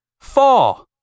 four